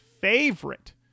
favorite